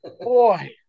boy